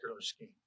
scheme